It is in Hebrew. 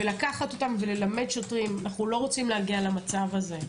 צריך לקחת אותם וללמד שוטרים אנחנו לא רוצים להגיע למצב הזה.